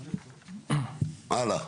הלאה.